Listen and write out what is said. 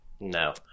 no